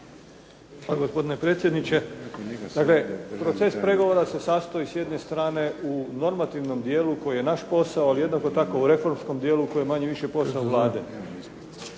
Hvala gospodine predsjedniče. Dakle, proces pregovora se sastoji s jedne strane u normativnom dijelu koji je naš posao, ali jednako tako i u reformskom dijelu koji je manje više posao Vlade.